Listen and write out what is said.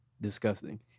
disgusting